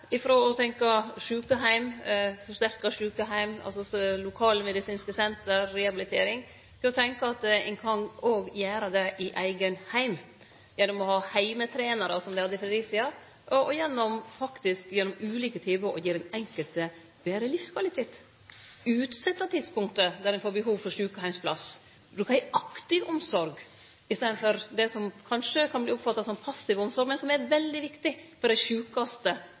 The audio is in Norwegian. å tenkje sjukeheim – forsterka sjukeheim, lokalmedisinske senter, rehabilitering – til å tenkje at ein kan òg gjere det i eigen heim gjennom å ha heimetrenarar, som dei har i Fredericia, og gjennom ulike tilbod gi den enkelte betre livskvalitet, utsetje tidspunktet for når ein får behov for sjukeheimsplass, og bruke ei aktiv omsorg i staden for det som kanskje kan verte oppfatta som passiv omsorg, men som er veldig viktig for dei sjukaste